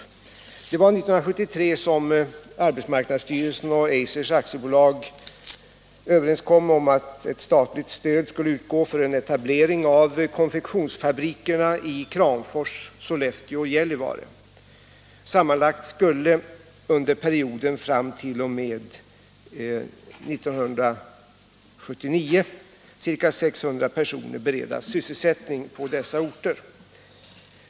Det var 1973 som arbetsmarknadsstyrelsen och AB Eiser kom överens om att ett statligt stöd skulle utgå för en etablering av konfektionsfabriker i Kramfors, Sollefteå och Gällivare. Sammanlagt skulle under perioden fram t.o.m. den 1 juni 1979 ca 600 personer beredas sysselsättning på dessa orter.